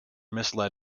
misled